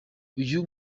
uyu